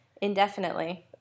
indefinitely